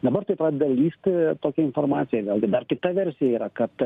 dabar tai pradeda lįsti tokia informacija vėlgi dar kita versija yra kad